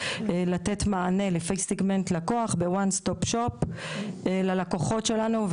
לתת מענה לפי segment לקוח ב- one stop shop ללקוחות שלנו,